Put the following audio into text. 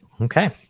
Okay